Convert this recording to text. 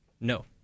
No